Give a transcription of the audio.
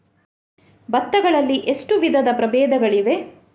ಭತ್ತ ಗಳಲ್ಲಿ ಎಷ್ಟು ವಿಧದ ಪ್ರಬೇಧಗಳಿವೆ?